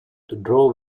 drove